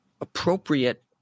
appropriate